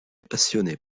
passionnée